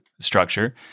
structure